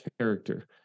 character